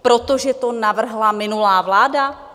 Protože to navrhla minulá vláda?